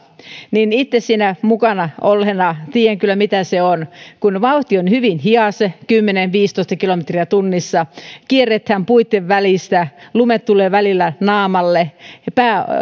itse siinä mukana olleena tiedän kyllä mitä se on vauhti on hyvin hidas kymmenen viiva viisitoista kilometriä tunnissa kierretään puitten välistä lumet tulevat välillä naamalle ja